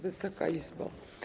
Wysoka Izbo!